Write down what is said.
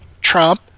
trump